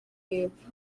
y’epfo